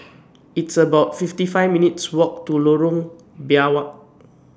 It's about fifty five minutes' Walk to Lorong Biawak